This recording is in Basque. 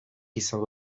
izango